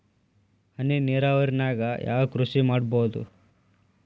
ಹನಿ ನೇರಾವರಿ ನಾಗ್ ಯಾವ್ ಕೃಷಿ ಮಾಡ್ಬೋದು?